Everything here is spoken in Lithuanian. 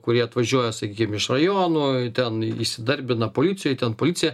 kurie atvažiuoja sakykim iš rajonų ten į įsidarbina policijoj ten policija